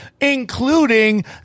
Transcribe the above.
including